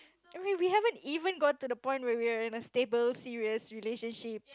we we haven't even gone to the point where we are in a stable serious relationship